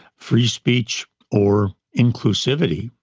free speech or inclusivity,